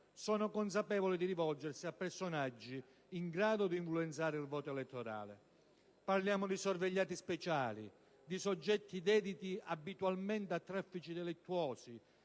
sono consapevoli di rivolgersi a personaggi in grado di influenzare il voto elettorale. Parliamo di sorvegliati speciali: di soggetti dediti abitualmente a traffici delittuosi,